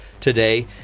today